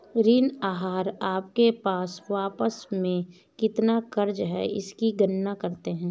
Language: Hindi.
ऋण आहार आपके पास वास्तव में कितना क़र्ज़ है इसकी गणना करते है